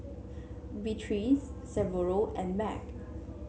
Beatriz Severo and Meg